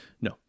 no